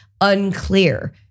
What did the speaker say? unclear